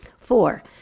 Four